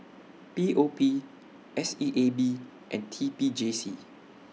P O P S E A B and T P J C